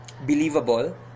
believable